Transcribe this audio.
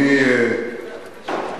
אם הוא יתגרה, הוא יצליח.